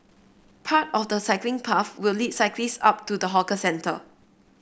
part of the cycling path will lead cyclist up to the hawker centre